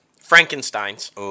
Frankenstein's